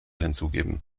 hinzugeben